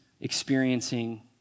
experiencing